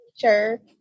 sure